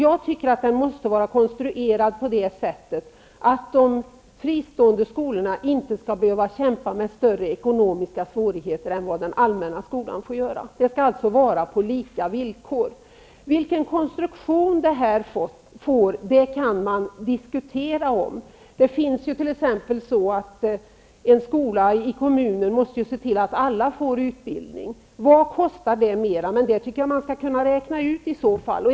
Jag tycker att den måste vara konstruerad så, att de fristående skolorna inte skall behöva kämpa med större ekonomiska svårigheter än vad den allmänna skolan får göra. Det skall alltså vara på lika villkor. Vilken konstruktion skolpengen skall få kan vi diskutera. En skola i kommunen måste ju se till att alla får utbildning. Vad kostar det mera? Det tycker jag att man skall kunna räkna ut i så fall.